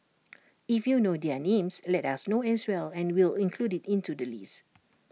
if you know their names let us know as well and we'll include IT into the list